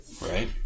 Right